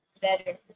better